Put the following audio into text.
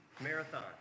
Marathon